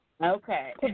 Okay